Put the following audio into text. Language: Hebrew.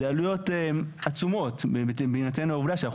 זה עלויות עצומות בהינתן העובדה שאנחנו